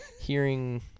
Hearing